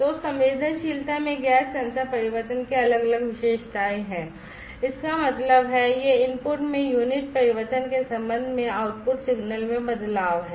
तो संवेदनशीलता में गैस सेंसर परिवर्तन की अलग अलग विशेषताएं हैं इसका मतलब है यह इनपुट में यूनिट परिवर्तन के संबंध में आउटपुट सिग्नल में बदलाव है